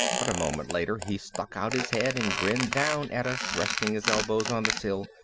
but a moment later he stuck out his head and grinned down at us, resting his elbows on the sill.